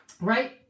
Right